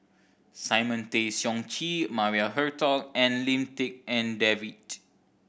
Simon Tay Seong Chee Maria Hertogh and Lim Tik En David